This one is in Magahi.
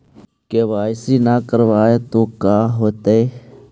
के.वाई.सी न करवाई तो का हाओतै?